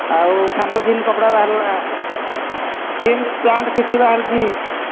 ଆଉ ସାଣ୍ଟୋରିନ୍ କପଡ଼ା ବାହାରିଲା ଜିନ୍ସ ପ୍ୟାଣ୍ଟ୍ କିଛି ବାହାରିଛି